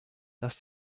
dass